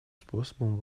способом